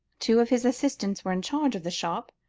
two of his assistants were in charge of the shop,